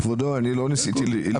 כבודו, אני לא ניסיתי לזרוק את האחריות.